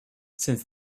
since